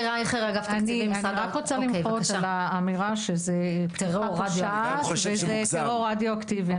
אני רק רוצה למחות על האמירה שזו פתיחה פושעת ושזה טרור רדיואקטיבי.